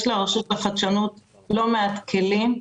לרשות החדשנות יש לא מעט כלים.